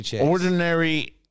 ordinary